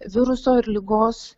viruso ir ligos